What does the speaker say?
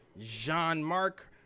Jean-Marc